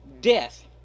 death